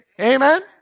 Amen